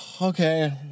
Okay